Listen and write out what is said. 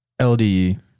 LDE